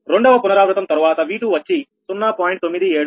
రెండవ పునరావృతం తరువాత V2 వచ్చి0